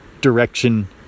direction